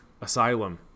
Asylum